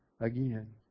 again